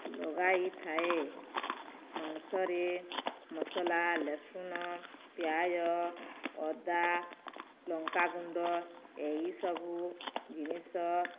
ଲଗାଇ ଥାଏ ମାଂସରେ ମସଲା ରସୁଣ ପିଆଜ ଅଦା ଲଙ୍କାଗୁଣ୍ଡ ଏଇସବୁ ଜିନିଷ